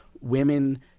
women